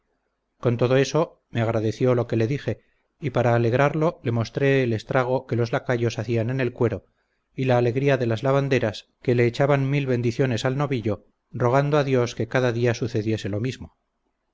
con todo eso me agradeció lo que le dije y para alegrarlo le mostré el estrago que los lacayos hacían en el cuero y la alegría de las lavanderas que le echaban mil bendiciones al novillo rogando a dios que cada día sucediese lo mismo